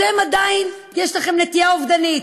לכם יש עדיין נטייה אובדנית.